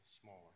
smaller